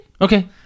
okay